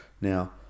Now